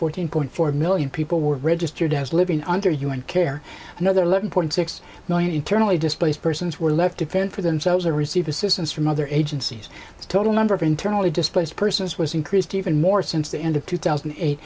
fourteen point four million people were registered as living under un care another living point six million internally displaced persons were left to fend for themselves or receive assistance from other agencies the total number of internally displaced persons was increased even more since the end of two thousand and eight